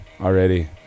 already